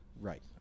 right